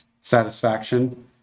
satisfaction